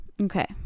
okay